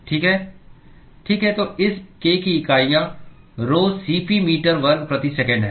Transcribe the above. ठीक है तो इस k की इकाइयाँ rho C p मीटर वर्ग प्रति सेकंड है